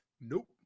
nope